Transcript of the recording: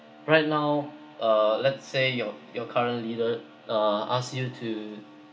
right now uh let's say your your current leader uh ask you to